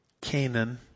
Canaan